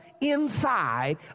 inside